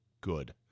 good